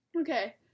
Okay